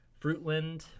Fruitland